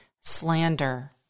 slander